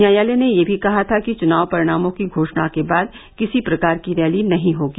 न्यायालय ने यह भी कहा था कि चुनाव परिणामों की घोषणा के बाद किसी प्रकार की रैली नहीं होगी